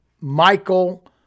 Michael